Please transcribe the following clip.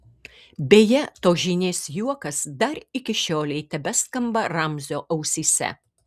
beje tos žynės juokas dar iki šiolei tebeskamba ramzio ausyse